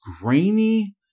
grainy